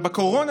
או בקורונה,